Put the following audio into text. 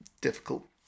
difficult